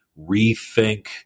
rethink